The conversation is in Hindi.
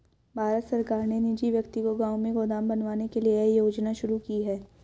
भारत सरकार ने निजी व्यक्ति को गांव में गोदाम बनवाने के लिए यह योजना शुरू की है